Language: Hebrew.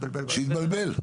שהתבלבל.